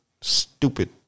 stupid